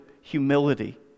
humility